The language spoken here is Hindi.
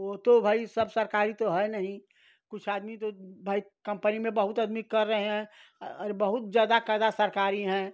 वह तो भाई सब सरकारी तो है नहीं कुछ आदमी तो भाई कम्पनी में बहुत आदमी कर रहे हैं अरे बहुत ज़्यादा कायदा सरकारी है